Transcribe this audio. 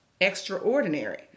extraordinary